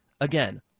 Again